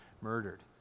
murdered